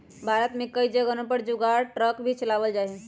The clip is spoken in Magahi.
भारत में कई जगहवन पर जुगाड़ ट्रक भी चलावल जाहई